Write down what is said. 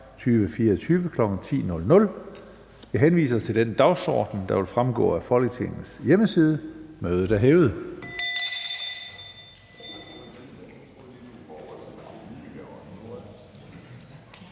2024, kl. 10.00. Jeg henviser til den dagsorden, der vil fremgå af Folketingets hjemmeside. Mødet er hævet.